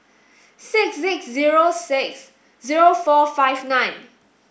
six six zero six zero four five nine